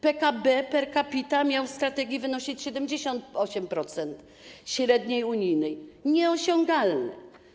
PKB per capita miał w strategii wynosić 78% średniej unijnej - nieosiągalne.